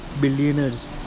billionaires